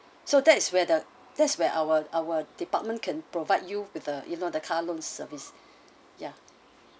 so that is where the that's where our our department can provide you with uh you know the car loan service yeah